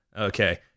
Okay